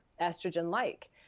estrogen-like